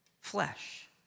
flesh